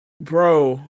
Bro